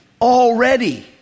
already